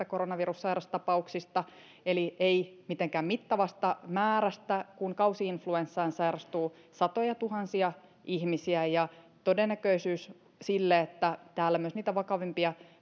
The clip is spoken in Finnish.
koronavirussairastapauksista eli ei mitenkään mittavasta määrästä kun kausi influenssaan sairastuu satojatuhansia ihmisiä todennäköisyys sille että täällä myös niitä vakavimpia